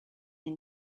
and